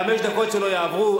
חמש הדקות שלו יעברו,